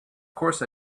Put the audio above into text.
course